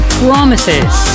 promises